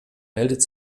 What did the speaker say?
meldet